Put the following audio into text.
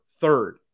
third